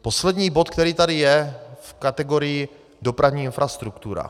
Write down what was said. Poslední bod, který tady je v kategorii dopravní infrastruktura.